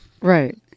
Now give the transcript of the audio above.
Right